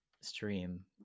stream